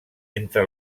entre